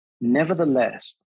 Nevertheless